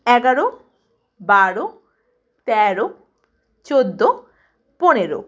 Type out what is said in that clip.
এগারো বারো তেরো চোদ্দো পনেরো